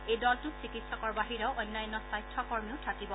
এই দলটোত চিকিৎসকৰ বাহিৰেও অন্যান্য স্বাস্থ্যকৰ্মীও থাকিব